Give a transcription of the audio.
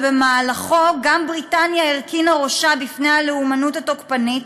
ובמהלכו גם בריטניה הרכינה ראשה בפני הלאומנות התוקפנית,